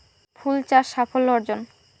ফুল চাষ সাফল্য অর্জন?